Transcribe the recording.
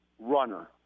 runner